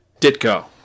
Ditko